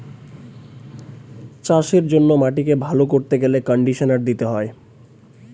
চাষের জন্য মাটিকে ভালো করতে গেলে কন্ডিশনার দিতে হয়